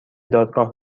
دادگاه